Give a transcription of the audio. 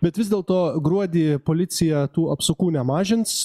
bet vis dėlto gruodį policija tų apsukų nemažins